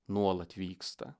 nuolat vyksta